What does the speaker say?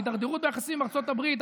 ההידרדרות ביחסים עם ארצות הברית,